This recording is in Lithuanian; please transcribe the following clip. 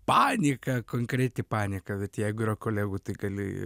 panika konkreti panika bet jeigu yra kolegų tai gali